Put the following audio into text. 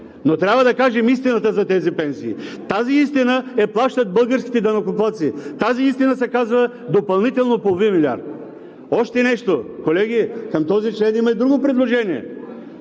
но трябва да кажем истината за тези пенсии. Тази истина я плащат българските данъкоплатци. Тази истина се казва „допълнително половин милиард“. Още нещо. Колеги, към този член има и друго предложение